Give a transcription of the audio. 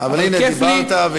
אבל כיף לי, אבל הנה דיברת והצגת.